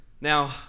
Now